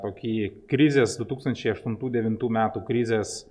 tokį krizės du tūkstančiai aštuntų devintų metų krizės